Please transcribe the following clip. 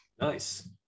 nice